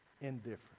indifferent